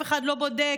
אף אחד לא בודק.